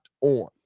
on